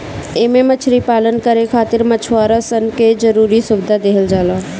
एमे मछरी पालन करे खातिर मछुआरा सन के जरुरी सुविधा देहल जाला